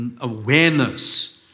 awareness